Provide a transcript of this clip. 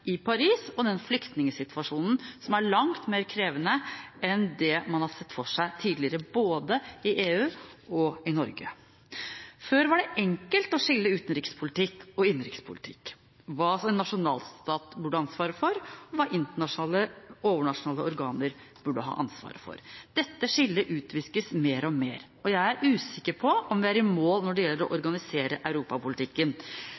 i Paris og flyktningsituasjonen, som er langt mer krevende enn det man har sett for seg tidligere både i EU og i Norge. Før var det enkelt å skille utenrikspolitikk og innenrikspolitikk – hva en nasjonalstat burde ha ansvaret for, og hva internasjonale, overnasjonale organer burde ha ansvaret for. Dette skillet utviskes mer og mer, og jeg er usikker på om vi er i mål når det gjelder å organisere europapolitikken.